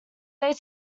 they